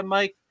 Mike